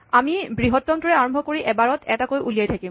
আমি বৃহত্তমটোৰে আৰম্ভ কৰি এবাৰত এটাকৈ উলিয়াই থাকিম